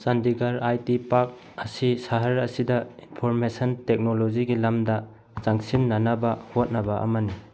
Chandigarh I T park ꯑꯁꯤ ꯁꯍꯔ ꯑꯁꯤꯗ ꯏꯟꯐꯣꯔꯃꯦꯁꯟ ꯇꯦꯛꯅꯣꯂꯣꯖꯤꯒꯤ ꯂꯝꯗ ꯆꯪꯁꯤꯟꯅꯅꯕ ꯍꯣꯠꯅꯕ ꯑꯃꯅꯤ